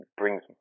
brings